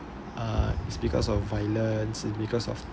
uh it's because of violence it's because of